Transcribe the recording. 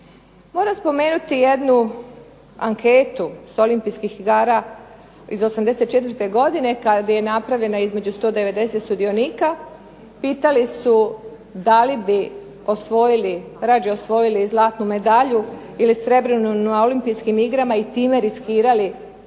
Moram spomenuti jednu anketu sa Olimpijskih igara iz 84. godine kada je napravljena između 190 sudionika, pitali su da li bi rađe osvojili zlatnu medalju ili srebrnu na Olimpijskim igrama, i time riskirali